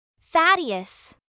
Thaddeus